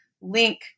link